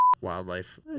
wildlife